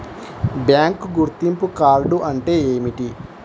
Bank గుర్తింపు card అంటే ఏమిటి?